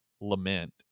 lament